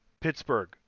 Pittsburgh